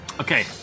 okay